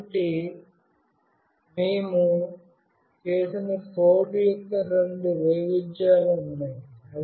కాబట్టి మేము చేసిన కోడ్ యొక్క రెండు వైవిధ్యాలు ఉన్నాయి